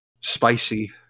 Spicy